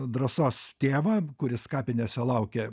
drąsos tėvą kuris kapinėse laukia